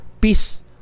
peace